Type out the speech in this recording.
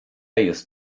jest